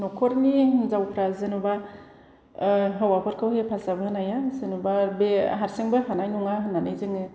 न'खरनि हिन्जावफोरा जेनेबा हौवाफोरखौ हेफाजाब होनाया जेनेबा बे हारसिंबो हानाय नंङा होननानै जोंङो